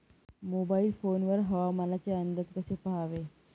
Mobile phone वर हवामानाचे अंदाज कसे पहावे?